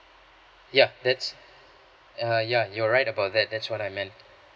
ya that's uh ya you're right about that that's what I meant